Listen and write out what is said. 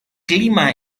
clima